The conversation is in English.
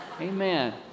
Amen